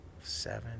seven